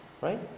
Right